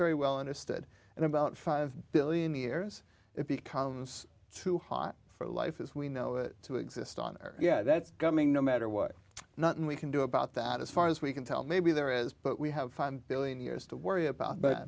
very well understood and about five billion years it becomes too hot for life as we know it to exist on earth yeah that's coming no matter what nothing we can do about that as far as we can tell maybe there is but we have five billion years to worry about but